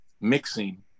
mixing